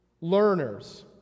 Learners